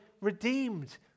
redeemed